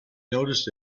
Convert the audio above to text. noticed